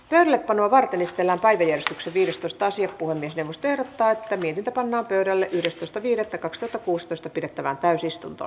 jyp varmistella taidekeskuksen viidestoista sija puhdisti muster päätteli pannaan pöydälle yhdestoista viidettä kaksitoista asian käsittely päättyi